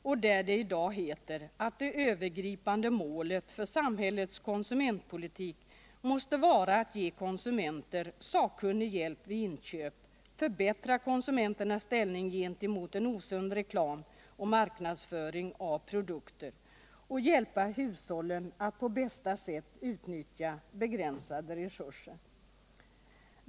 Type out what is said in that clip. I dag heter det att det övergripande målet för samhällets konsumentpolitik måste vara att ge konsumenter sakkunnig hjälp vid inköp, förbättra konsumenternas ställning gentemot en osund reklam och marknadsföring av produkter och hjälpa hushållen att på bästa sätt utnyttja begränsade resurser.